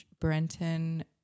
Brenton